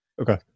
Okay